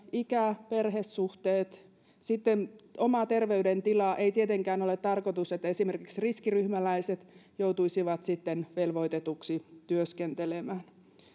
ikä perhesuhteet ja sitten oma terveydentila ei tietenkään ole tarkoitus että esimerkiksi riskiryhmäläiset joutuisivat sitten velvoitetuiksi työskentelemään